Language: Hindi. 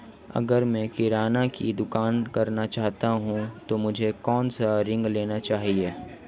अगर मैं किराना की दुकान करना चाहता हूं तो मुझे कौनसा ऋण लेना चाहिए?